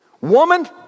Woman